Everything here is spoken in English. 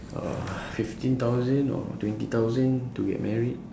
uh fifteen thousand or twenty thousand to get married